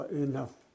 enough